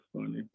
funny